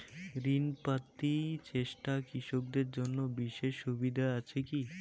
ঋণ পাতি চেষ্টা কৃষকদের জন্য বিশেষ সুবিধা আছি কি?